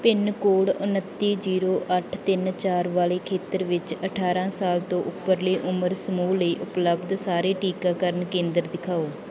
pin code ਉਨੱਤੀ zero ਅੱਠ ਤਿੰਨ ਚਾਰ ਵਾਲੇ ਖੇਤਰ ਵਿੱਚ ਅਠਾਰ੍ਹਾਂ ਸਾਲ ਤੋਂ ਉੱਪਰਲੇ ਉਮਰ ਸਮੂਹ ਲਈ ਉਪਲਬਧ ਸਾਰੇ ਟੀਕਾਕਰਨ ਕੇਂਦਰ ਦਿਖਾਓ